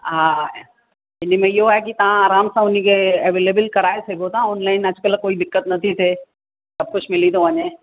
हा हिन में इहो आहे कि तव्हां आरामु सां हुनखे एवेलेबल कराए सघो था ऑनलाइन अॼुकल्ह कोई दिक़त न थी थिए सभु कुझु मिली थो वञे